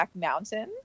Mountain